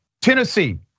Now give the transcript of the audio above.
Tennessee